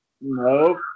Nope